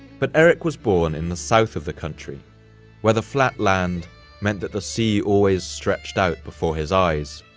but erik was born in the south of the country where the flat land meant that the sea always stretched out before his eyes,